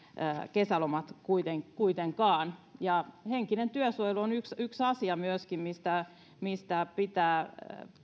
kesälomat kuitenkaan henkinen työsuojelu on myöskin yksi asia mistä mistä pitää